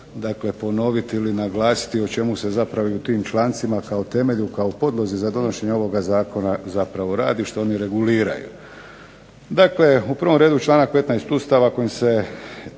dakle ponoviti ili naglasiti o čemu se zapravo i u tim člancima kao temelju, kao podlozi za donošenje ovoga zakona zapravo radi, što oni reguliraju. Dakle, u prvom redu članak 15. Ustava kojim se